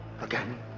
again